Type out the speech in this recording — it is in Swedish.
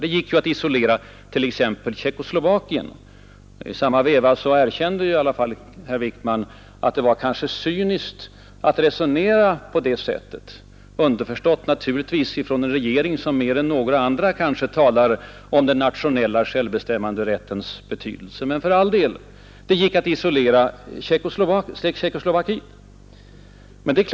Det gick ju att isolera t.ex. Tjeckoslovakien. I samma veva medgav herr Wickman att det kanske var cyniskt att resonera på det sättet — underförstått naturligtvis av en regering som troligen mer än andra talar om den nationella självbestämmanderättens betydelse. Men för all del, det gick att isolera Tjeckoslovakien.